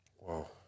Wow